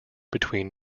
between